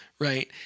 Right